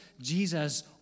Jesus